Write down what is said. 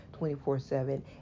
24-7